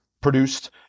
produced